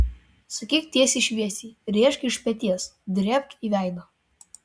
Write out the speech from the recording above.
sakyk tiesiai šviesiai rėžk iš peties drėbk į veidą